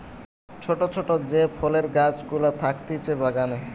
ছোট ছোট যে ফলের গাছ গুলা থাকতিছে বাগানে